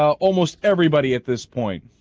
almost everybody at this point